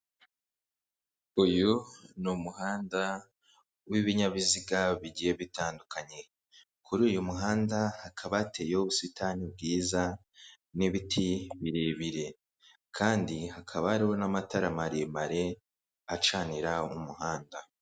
Uyu ni umuhanda w'ibinyabiziga bigiye bitandukanye, kuri uyu muhanda hakaba hateyeho ubusitani bwiza n'ibiti birebire, kandi hakaba hari n'amatara maremare acanira umuhanda.